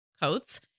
coats